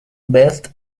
best